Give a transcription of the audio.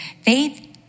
Faith